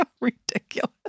Ridiculous